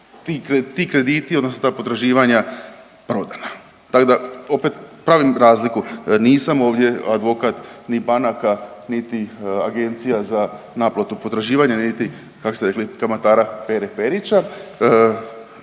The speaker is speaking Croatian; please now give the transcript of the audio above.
ti krediti odnosno ta potraživanja prodana, tak da opet pravim razliku, nisam ovdje advokat ni banaka, niti Agencija za naplatu potraživanja, niti kako ste rekli, kamatara Pere Perića.